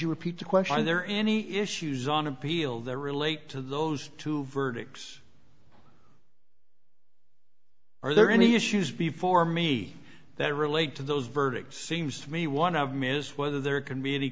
you repeat the question there are any issues on appeal that relate to those two verdicts are there any issues before me that relate to those verdicts seems to me one of them is whether there can be any